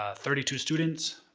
ah thirty two students,